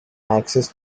access